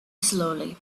slowly